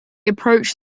approached